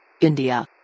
India